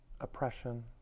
oppression